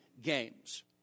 Games